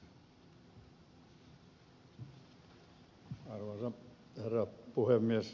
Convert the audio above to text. arvoisa herra puhemies